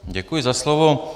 Děkuji za slovo.